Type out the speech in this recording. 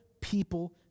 people